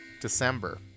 December